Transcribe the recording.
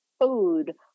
food